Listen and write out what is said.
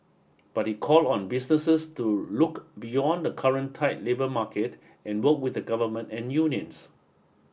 but he called on businesses to look beyond the current tight labour market and work with the government and unions